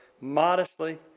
modestly